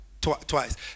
twice